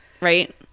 right